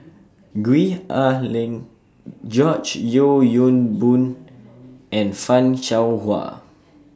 Gwee Ah Leng George Yeo Yong Boon and fan Shao Hua